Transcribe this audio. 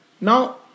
Now